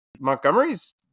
Montgomery's